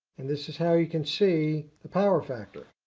and this is how you can see the power factor.